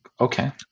Okay